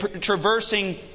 traversing